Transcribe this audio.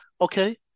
Okay